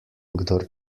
kdor